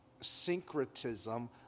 syncretism